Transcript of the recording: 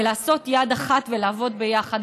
לעשות יד אחת ולעבוד ביחד,